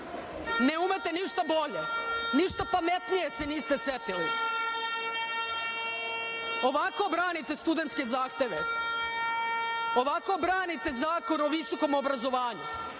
Ne umete ništa bolje? Ništa pametnije se niste setili. Ovako branite studentske zahteve? Ovako branite Zakon o visokom obrazovanju?